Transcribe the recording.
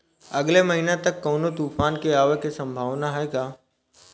अगले महीना तक कौनो तूफान के आवे के संभावाना है क्या?